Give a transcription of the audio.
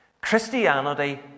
Christianity